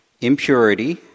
impurity